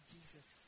Jesus